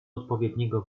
odpowiedniego